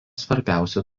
svarbiausių